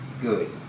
good